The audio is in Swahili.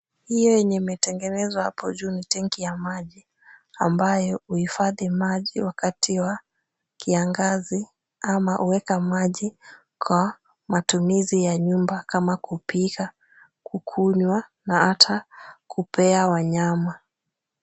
Hiyo yenye imetengenezwa hapo juu ni tenki ya maji, ambayo huhifadhi maji wakati wa kiangazi ama huweka maji kwa matumizi ya nyumba kama kupika, kukunywa na hata kupea wanyama.